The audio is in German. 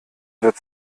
wird